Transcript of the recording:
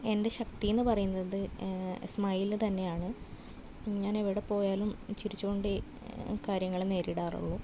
എൻ്റെ ശക്തിയെന്ന് പറയുന്നത് സ്മൈൽ തന്നെയാണ് ഞാനെവിടെ പോയാലും ചിരിച്ചു കൊണ്ടേ കാര്യങ്ങളെ നേരിടാറുള്ളു